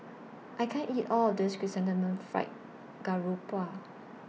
I can't eat All of This Chrysanthemum Fried Garoupa